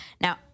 Now